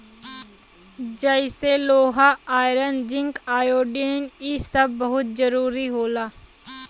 जइसे लोहा iron zinc iodine इ सब बहुत जरूरी होला